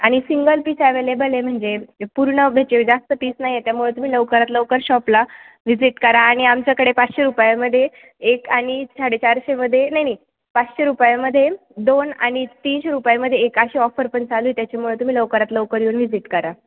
आणि single piece available आहे म्हणजे पूर्ण बेचे जास्त पीस नाही आहे त्यामुळे तुम्ही लवकरात लवकर शॉपला व व्हिजिट करा आणि आमच्याकडे पाचशे रुपयामध्ये एक आणि साडेचारशेमध्ये नाही नाही पाचशे रुपयामध्ये दोन आनि तीनशे रुपयामध्ये एक अशी ऑफर पण चालू आहे त्याच्यामुळे तुम्ही लवकरात लवकर येऊन व्हिजिट करा